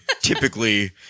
typically